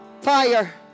Fire